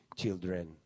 children